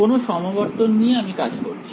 কোন সমবর্তন নিয়ে আমি কাজ করছি